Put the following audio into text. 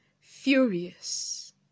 furious